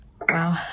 Wow